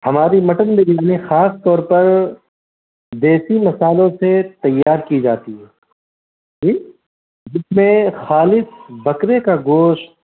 ہماری مٹن بریانی خاص طور پر دیسی مصالحوں سے تیار کی جاتی ہے جس میں خالص بکرے کا گوشت